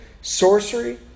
sorcery